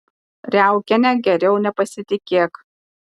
riaukiene geriau nepasitikėk